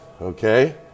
okay